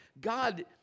God